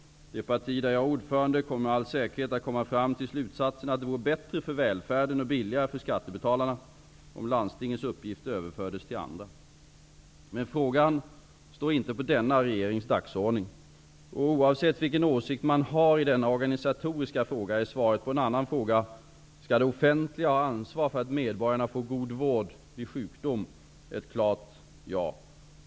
Det parti jag är ordförande för kommer med all säkerhet att komma fram till slutsatsen att det vore bättre för välfärden och billigare för skattebetalarna om landstingens uppgifter överfördes till andra. Men frågan står inte på denna regerings dagordning. Oavsett vilken åsikt man har i denna organisatoriska fråga är svaret på en annan fråga, nämligen om det offentliga skall ha ansvar för att medborgarna får god vård vid sjukdom, ett klart ja.